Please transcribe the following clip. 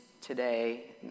today